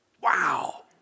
Wow